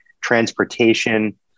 transportation